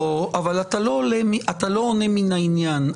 לא, אבל אתה לא עונה מן העניין.